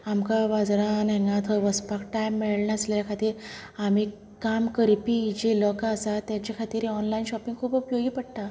आमकां बाजरान हिंगा थंय वचपाक टाइम मेळनासले खातीर आमी काम करपी जे लोका आसात तेंच्या खातीर ऑन्लाइन शॉपिंग खूब उपयोगी पडटा